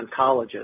oncologist